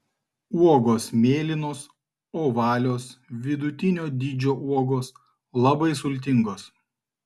uogos mėlynos ovalios vidutinio dydžio uogos labai sultingos